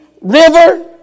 River